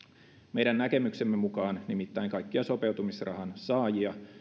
meidän näkemyksemme mukaan nimittäin kaikkia sopeutumisrahan saajia